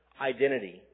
identity